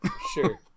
Sure